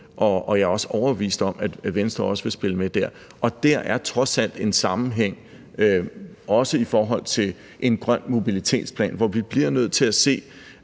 og jeg er overbevist om, at Venstre også vil spille med dér. Og der er trods alt en sammenhæng, også i forhold til en grøn mobilitetsplan, hvor vi bliver nødt til at se